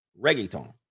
reggaeton